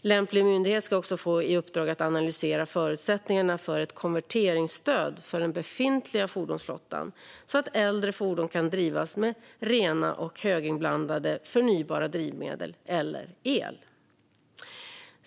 Lämplig myndighet ska också få i uppdrag att analysera förutsättningarna för ett konverteringsstöd för befintlig fordonsflotta, så att äldre fordon kan drivas med rena och höginblandade förnybara drivmedel eller el.